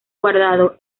guardado